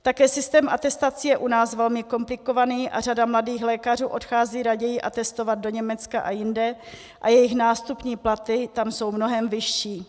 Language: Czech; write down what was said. Také systém atestací je u nás velmi komplikovaný a řada mladých lékařů odchází raději atestovat do Německa a jinde a jejich nástupní platy tam jsou mnohem vyšší.